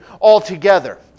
altogether